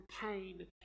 pain